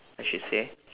I should say